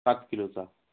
सात किलोचा